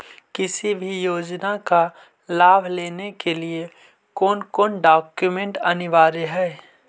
किसी भी योजना का लाभ लेने के लिए कोन कोन डॉक्यूमेंट अनिवार्य है?